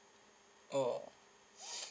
oh